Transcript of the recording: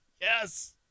Yes